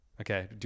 Okay